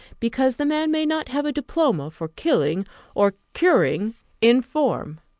because the man may not have a diploma for killing or curing in form.